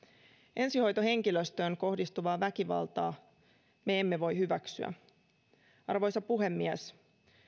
ensihoitohenkilöstöön kohdistuvaa väkivaltaa me emme voi hyväksyä arvoisa puhemies